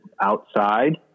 outside